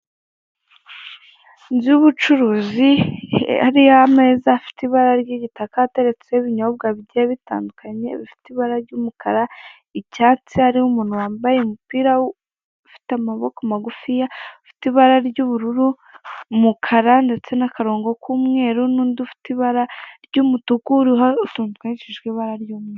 inzu y'ubucuruzi hariho amzeza afite ibara ry'igitaka ateretseho ibinyobwa bigiye bitandukanye bifite ibara ry'umukara icyatsi hariho umuntu wambaye umupira ufite amaboko magufiya ufite ibara ry'ubururu umukara ndetse nakarongo k'umweru nundi ufite ibara ry'umutuku